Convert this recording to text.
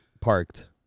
parked